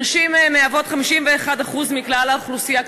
נשים מהוות 51% מכלל האוכלוסייה,